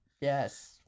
Yes